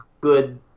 good